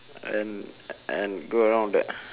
and and go around there